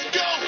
go